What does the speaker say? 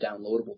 downloadable